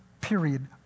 period